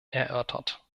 erörtert